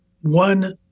one